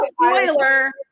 Spoiler